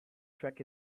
tack